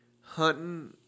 hunting